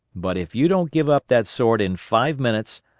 but if you don't give up that sword in five minutes,